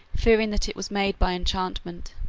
fearing that it was made by enchantment.